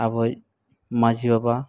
ᱟᱵᱚᱭᱤᱡ ᱢᱟᱺᱡᱷᱤᱵᱟᱵᱟ